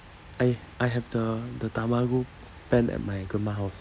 I I have the the tamago pan at my grandma house